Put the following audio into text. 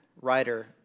writer